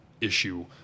Issue